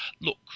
look